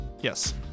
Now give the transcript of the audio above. Yes